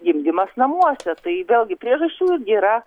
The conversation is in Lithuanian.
gimdymas namuose tai vėlgi priežasčių irgi yra